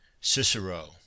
Cicero